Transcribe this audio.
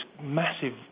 massive